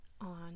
on